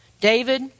David